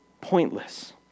pointless